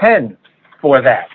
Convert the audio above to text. ten for that